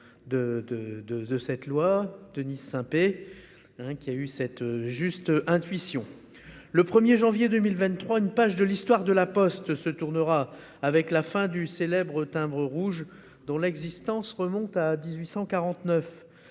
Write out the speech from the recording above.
de loi, Denise Saint-Pé, pour sa juste intuition. Le 1 janvier 2023, une page de l'histoire de La Poste se tournera, avec la fin du célèbre timbre rouge, dont l'existence remonte à 1849.